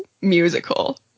musical